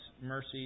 mercy